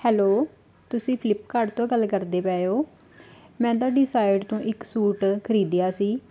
hello ਤੁਸੀਂ Flipkart ਤੋਂ ਗੱਲ ਕਰਦੇ ਪਏ ਹੋ ਮੈਂ ਤੁਹਾਡੀ ਸਾਈਟ ਤੋਂ ਇੱਕ ਸੂਟ ਖਰੀਦਿਆ ਸੀ